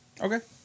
Okay